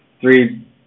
three